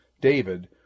David